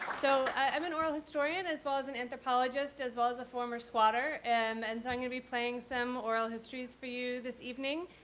so i'm an oral historian as well as an anthropologist, as well as a former squatter, and so i'm going to be playing some oral histories for you this evening.